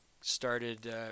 started